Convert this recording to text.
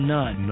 None